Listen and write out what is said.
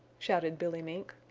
shouted billy mink.